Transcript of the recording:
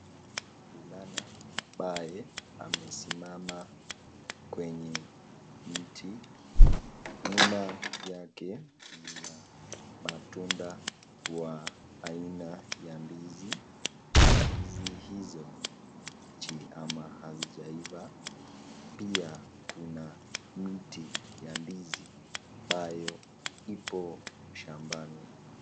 Mvulana ambaye amesimama kwenye mti. Nyuma yake mna matunda wa aina ya ndizi. Ndizi hizo ni mbichi ama hazijaiva. Pia, kuna miti ya ndizi ambayo ipo shambani.